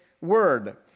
word